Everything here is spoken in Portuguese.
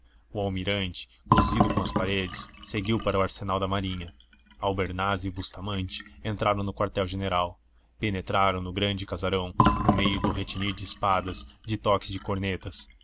o almirante cosido com as paredes seguiu para o arsenal de marinha albernaz e bustamante entraram no quartelgeneral penetraram no grande casarão no meio do retinir de espadas de toques de cornetas